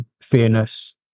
fairness